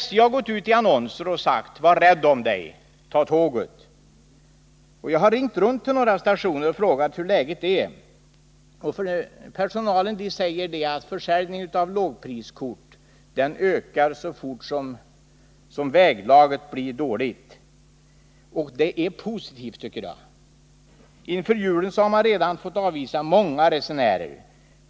SJ har gått ut med annonser och sagt: ” Var rädd om dig — ta tåget.” Jag har ringt till några järnvägsstationer och frågat hur läget är, och personalen där har sagt att försäljningen av lågpriskort ökar så fort väglaget blir dåligt. Det är positivt, tycker jag. Men inför julen har man redan fått avvisa många resenärer.